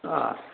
हा